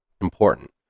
important